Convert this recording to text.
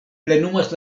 plenumas